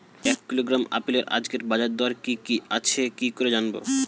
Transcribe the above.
এক কিলোগ্রাম আপেলের আজকের বাজার দর কি কি আছে কি করে জানবো?